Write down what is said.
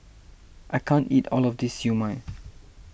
I can't eat all of this Siew Mai